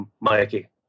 Mikey